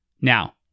Now